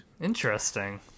interesting